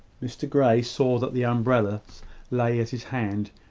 mr grey saw that the umbrellas lay at his hand,